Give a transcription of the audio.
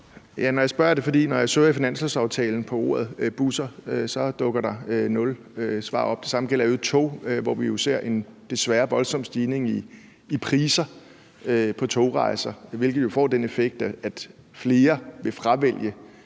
når jeg søger i finanslovsaftalen på ordet busser, så dukker der nul svar op. Det samme gælder i øvrigt for tog, hvor vi jo desværre ser en voldsom stigning i priser på togrejser, hvilket jo får den effekt, at flere vil fravælge